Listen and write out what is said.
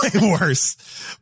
worse